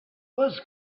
was